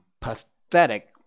pathetic